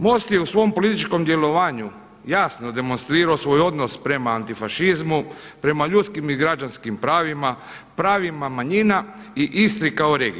MOST je u svom političkom djelovanju jasno demonstrirao svoj odnos prema antifašizmu, prema ljudskim i građanskim pravima, pravima manjina i Istri kao regiji.